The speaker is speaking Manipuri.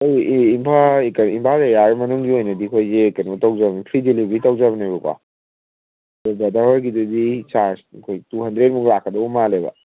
ꯑꯩꯈꯣꯏ ꯏꯝꯐꯥꯜ ꯑꯦꯔꯤꯌꯥ ꯃꯅꯨꯡꯒꯤ ꯑꯣꯏꯅꯗꯤ ꯑꯩꯈꯣꯏꯁꯦ ꯀꯩꯅꯣ ꯇꯧꯖꯕꯅꯦ ꯐ꯭ꯔꯤ ꯗꯦꯂꯤꯚꯔꯤ ꯇꯧꯖꯕꯅꯦꯕꯀꯣ ꯑꯗꯣ ꯕ꯭ꯔꯗꯔ ꯍꯣꯏꯒꯤꯗꯨꯗꯤ ꯆꯥꯔꯖ ꯑꯩꯈꯣꯏ ꯇꯨ ꯍꯟꯗ꯭ꯔꯦꯗꯃꯨꯛ ꯂꯥꯛꯀꯗꯧ ꯃꯥꯜꯂꯦꯕ